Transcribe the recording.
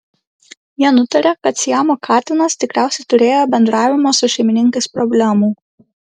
jie nutarė kad siamo katinas tikriausiai turėjo bendravimo su šeimininkais problemų